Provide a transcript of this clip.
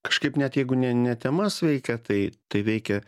kažkaip net jeigu ne ne temas veikia tai tai veikia